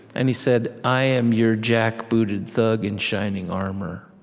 and he said, i am your jackbooted thug in shining armor.